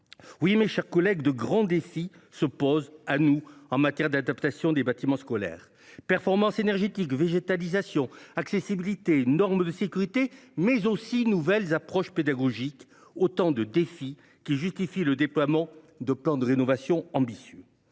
Oui, mes chers collègues, de grands défis se posent à nous en matière d’adaptation des bâtiments scolaires. Performance énergétique, végétalisation, accessibilité, normes de sécurité, mais aussi nouvelles approches pédagogiques : autant de défis qui justifient le déploiement de plans de rénovation ambitieux.